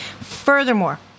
Furthermore